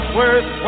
worth